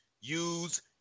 use